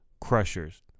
crushers